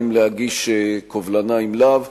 אם להגיש קובלנה אם לאו.